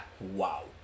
Wow